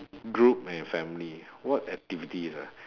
group and family what activities ah